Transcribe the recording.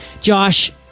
Josh